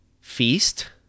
Feast